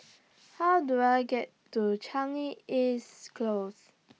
How Do I get to Changi East Close